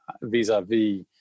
vis-a-vis